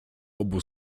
obu